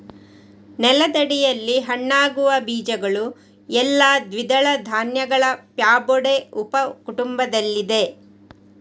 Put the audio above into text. ನೆಲದಡಿಯಲ್ಲಿ ಹಣ್ಣಾಗುವ ಬೀಜಗಳು ಎಲ್ಲಾ ದ್ವಿದಳ ಧಾನ್ಯಗಳ ಫ್ಯಾಬೊಡೆ ಉಪ ಕುಟುಂಬದಲ್ಲಿವೆ